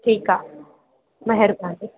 ठीकु आहे महिरबानी